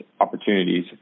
Opportunities